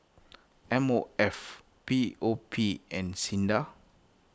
M O F P O P and Sinda